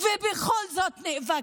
ובכל זאת נאבקתי,